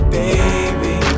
baby